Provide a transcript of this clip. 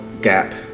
gap